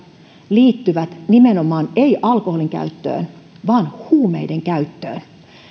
liittyy nimenomaan ei alkoholin käyttöön vaan huumeiden käyttöön